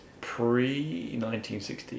pre-1960